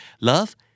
Love